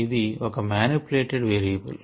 ఇది ఒక manipulated variable